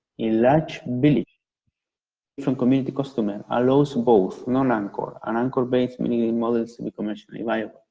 a large village from community customers allows both non-anchor and anchor-based i mean models to be commercially viable.